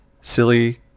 silly